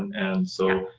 and so,